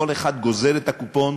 כל אחד גוזר את הקופון,